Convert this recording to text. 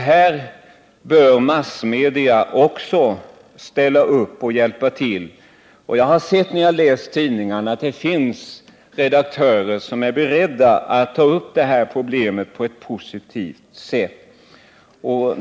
Här bör massmedia också ställa upp och hjälpa till, och jag har sett när jag har läst tidningarna att det finns redaktörer som är beredda att ta upp det här problemet på ett positivt sätt.